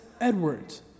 Edwards